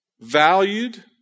valued